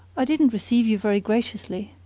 i didn't receive you very graciously!